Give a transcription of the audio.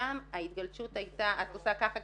אבל תשתמשו באנשים היקרים שנמצאים כאן.